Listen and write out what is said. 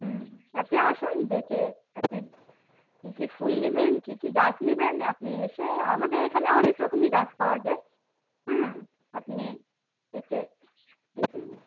হুম আপনি আসুন দেখে আপনি কী কী ফুল নেবেন কী কী গাছ নেবেন আপনি এসে আমাদের এখানে অনেক রকমই গাছ পাওয়া যায় হ্যাঁ আপনি এসে দেখে নেন